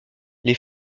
les